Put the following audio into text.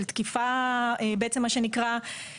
של תקיפה ישירה,